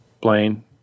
Blaine